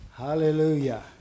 Hallelujah